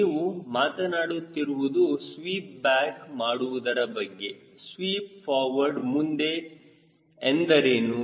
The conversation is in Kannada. ನೀವು ಮಾತನಾಡುತ್ತಿರುವುದು ಸ್ವೀಪ್ ಬ್ಯಾಕ್ ಮಾಡುವುದರ ಬಗ್ಗೆ ಸ್ವೀಪ್ ಫಾರ್ವರ್ಡ್ ಮುಂದೆ ಎಂದರೇನು